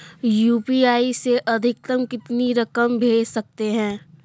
UPI से अधिकतम कितनी रकम भेज सकते हैं?